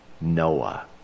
Noah